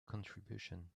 contribution